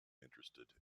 interested